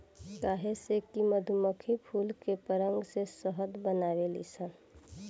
काहे से कि मधुमक्खी फूल के पराग से शहद बनावेली सन